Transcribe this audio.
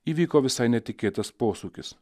įvyko visai netikėtas posūkis